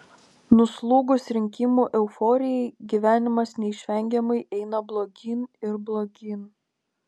nuslūgus rinkimų euforijai gyvenimas neišvengiamai eina blogyn ir blogyn